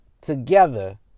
together